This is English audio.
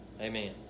Amen